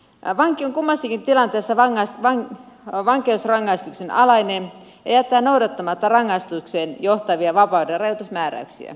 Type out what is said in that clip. vanki on kummassakin tilanteessa vankeusrangaistuksen alainen ja jättää noudattamatta rangaistukseen johtavia vapaudenrajoitusmääräyksiä